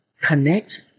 connect